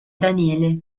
daniele